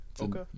Okay